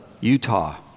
Utah